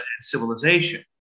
civilization